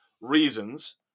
reasons